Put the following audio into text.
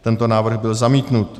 Tento návrh byl zamítnut.